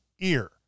Ear